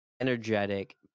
energetic